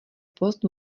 post